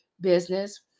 business